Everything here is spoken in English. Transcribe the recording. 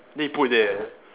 then he put there